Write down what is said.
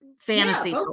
fantasy